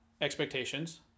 expectations